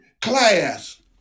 class